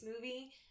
movie